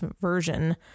version